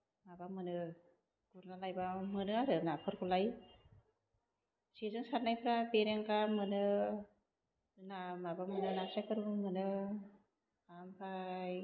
माबा मोनो गुरना लायबा मोनो आरो नाफोरखौलाय जेजों सारनायफ्रा बेरेंगा मोनो ना माबा मोनो नारस्रायफोरबो मोनो आमफ्राय